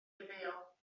ymddeol